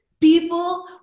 People